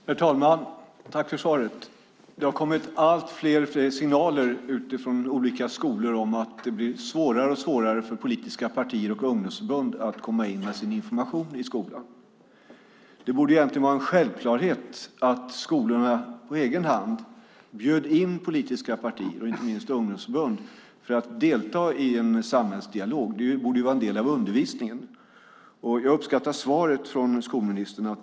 Herr talman! Jag tackar skolministern för svaret. Det har kommit allt fler signaler från olika skolor om att det blir svårare och svårare för politiska partier och ungdomsförbund att komma in med sin information i skolan. Det borde egentligen vara en självklarhet att skolorna på egen hand bjöd in politiska partier, inte minst ungdomsförbund, att delta i en samhällsdialog. Det borde vara en del av undervisningen. Jag uppskattar svaret från skolministern.